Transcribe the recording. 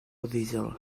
ddiesel